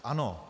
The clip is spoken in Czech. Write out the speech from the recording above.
Ano.